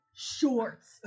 Shorts